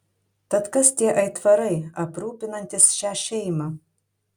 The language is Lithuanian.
tad kas tie aitvarai aprūpinantys šią šeimą